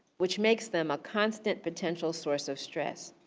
which makes them a constant potential source of stress.